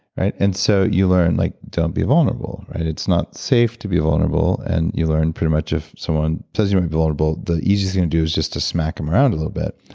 right? and so you learn like, don't be vulnerable, right? it's not safe to be vulnerable and you learn pretty much if someone tells you they're vulnerable, the easiest thing to do is just to smack them around a little bit.